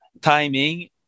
timing